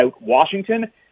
Washington